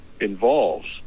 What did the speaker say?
involves